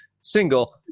single